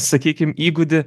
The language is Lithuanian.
sakykim įgūdį